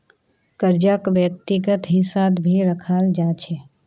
कर्जाक व्यक्तिगत हिस्सात भी रखाल जा छे